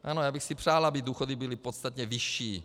Ano, já bych si přál, aby důchody byly podstatně vyšší.